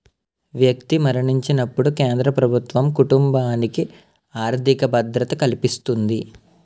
వ్యక్తి మరణించినప్పుడు కేంద్ర ప్రభుత్వం కుటుంబానికి ఆర్థిక భద్రత కల్పిస్తుంది